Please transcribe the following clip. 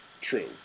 True